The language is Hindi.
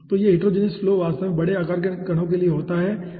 तो यह हिटेरोजीनियस फ्लो वास्तव में बड़े आकार के कणों के लिए होता है ठीक है